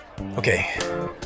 Okay